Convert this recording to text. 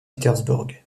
pétersbourg